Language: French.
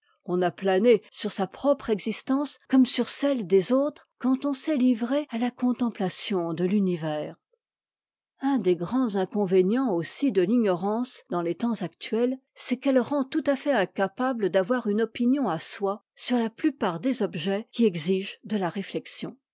on a plané sur sa propre existence comme sur celle des autres quand on s'est livré à la contemplation de l'univers un des grands inconvénients aussi de l'ignorance dans les temps actuels c'est qu'elle rend tout à fait incapable davoir une opinion à soi sur la plupart des objets qui exigent de la réflexion